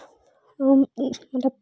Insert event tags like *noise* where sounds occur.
*unintelligible*